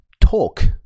talk